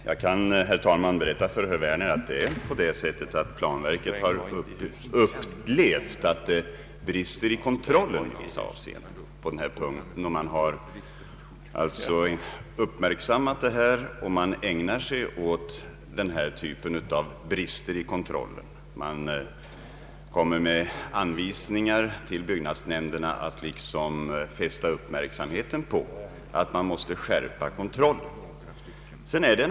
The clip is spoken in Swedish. Herr talman! Jag kan berätta för herr Werner att planverket har uppmärksammat vissa brister i kontrollen på den här punkten. Man ägnar sig alltså åt denna typ av brister i kontrollen och lämnar anvisningar till byggnadsnämnderna om att kontrollen måste skärpas.